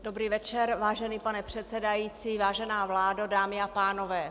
Dobrý večer, vážený pane předsedající, vážená vládo, dámy a pánové.